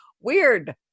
weird